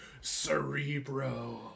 Cerebro